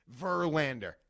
Verlander